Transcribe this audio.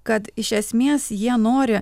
kad iš esmės jie nori